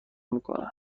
میکنن